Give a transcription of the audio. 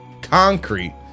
concrete